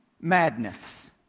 madness